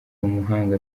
umuhanga